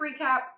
recap